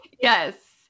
yes